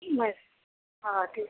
नाही हां ठीक